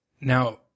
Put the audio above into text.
now